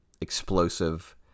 explosive